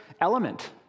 element